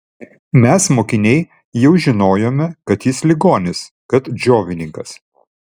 mes mokiniai jau žinojome kad jis ligonis kad džiovininkas